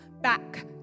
back